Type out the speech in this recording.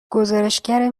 گزارشگر